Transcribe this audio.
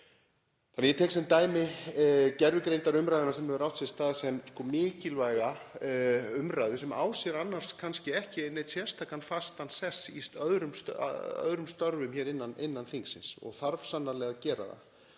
málinu. Ég tek sem dæmi gervigreindarumræðuna sem hefur átt sér stað sem mikilvæga umræðu sem á sér annars kannski ekki neinn sérstakan fastan sess í öðrum störfum innan þingsins en þarf sannarlega að gera það.